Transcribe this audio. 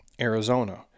Arizona